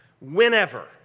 whenever